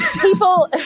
people